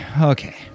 Okay